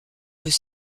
peut